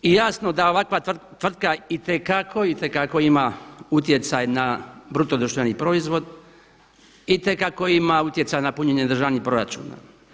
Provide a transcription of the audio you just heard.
I jasno da ovakva tvrtka itekako, itekako ima utjecaj na bruto društveni proizvod, itekako ima utjecaj na punjenje državnih proračuna.